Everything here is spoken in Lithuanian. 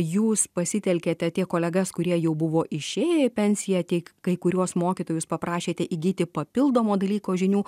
jūs pasitelkiate tie kolegas kurie jau buvo išėję į pensiją teik kai kuriuos mokytojus paprašėte įgyti papildomo dalyko žinių